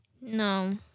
No